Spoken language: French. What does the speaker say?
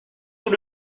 tout